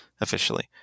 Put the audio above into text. officially